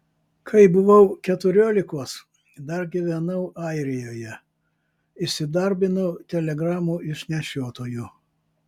kai buvau keturiolikos dar gyvenau airijoje įsidarbinau telegramų išnešiotoju